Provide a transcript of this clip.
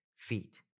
feet